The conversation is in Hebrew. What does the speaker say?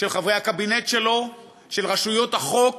של חברי הקבינט שלו, של רשויות החוק